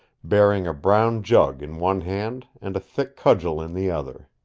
bearing a brown jug in one hand and a thick cudgel in the other.